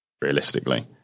realistically